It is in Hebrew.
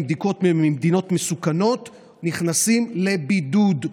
בדיקות ממדינות מסוכנות נכנסים לבידוד.